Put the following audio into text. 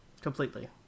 Completely